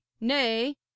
nay